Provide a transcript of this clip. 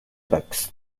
facts